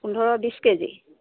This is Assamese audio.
পোন্ধৰ বিছ কেজি